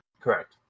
Correct